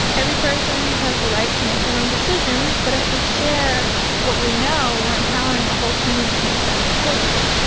every person has the right to make their own decisions. but if we share what we know, we're empowering a whole community to make better choices.